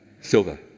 silver